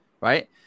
Right